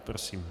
Prosím.